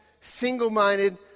single-minded